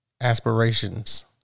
aspirations